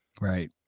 right